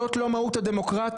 זאת לא מהות הדמוקרטיה.